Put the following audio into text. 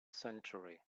century